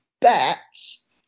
bats